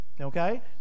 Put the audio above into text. okay